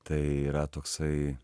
tai yra toksai